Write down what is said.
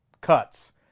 cuts